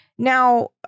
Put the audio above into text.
Now